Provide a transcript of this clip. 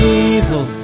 evil